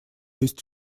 есть